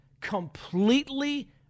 completely